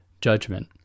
judgment